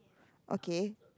okay